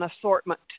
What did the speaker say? assortment